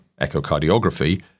echocardiography